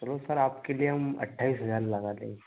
चलो सर आपके लिए हम अट्ठाइस हज़ार लगा देंगे